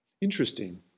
Interesting